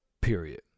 period